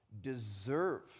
deserve